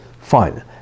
fine